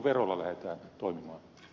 näin se menisi